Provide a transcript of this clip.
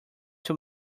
two